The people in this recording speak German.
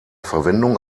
verwendung